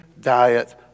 diet